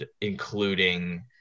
including –